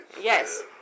Yes